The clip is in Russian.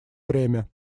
время